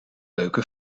leuke